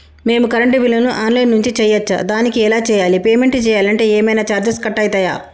మేము కరెంటు బిల్లును online నుంచి చేయచ్చా? దానికి ఎలా చేయాలి? పేమెంట్ చేయాలంటే ఏమైనా చార్జెస్ కట్ అయితయా?